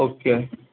okay